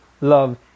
Love